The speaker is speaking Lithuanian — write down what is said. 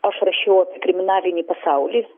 aš rašiau kriminalinį pasaulį